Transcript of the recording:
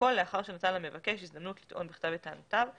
והכול לאחר שנתן למבקש הזדמנות לטעון בכתב את טענותיו,